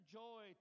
joy